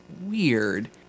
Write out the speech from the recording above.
weird